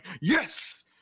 Yes